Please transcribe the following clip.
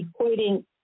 equating